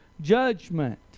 judgment